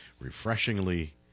refreshingly